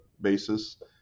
basis